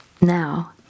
now